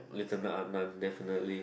lieutenant Adnan definitely